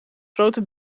grote